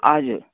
हजुर